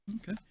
Okay